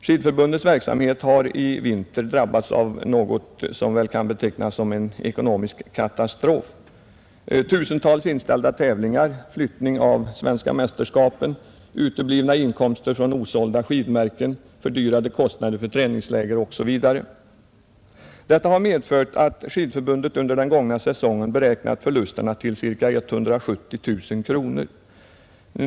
Skidförbundets verksamhet har i vinter drabbats av något som väl kan betecknas som en ekonomisk katastrof med tusentals inställda tävlingar, flyttning av svenska mästerskapen, uteblivna inkomster från osålda skidmärken, fördyrade kostnader för träningsläger, osv. Detta har medfört att Skidförbundet under den gångna säsongen beräknat förlusterna till c:a 170 000 kronor.